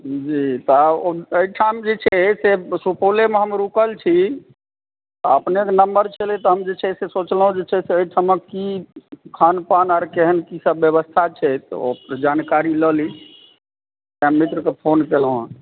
जी तऽ एहिठाम जे छै से सुपौलेमे हम रुकल छी आ अपनेकेँ नम्बर छलै तऽ हम जे छै से सोचलहुँ जे छै से एहिठामक की खानपान आर केहन की सब व्यवस्था छै तऽ ओ जानकारी लऽ ली तैंँ मित्र कऽ फोन केलहुँ हंँ